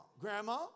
Grandma